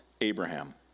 Abraham